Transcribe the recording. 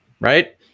right